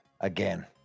Again